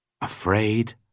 Afraid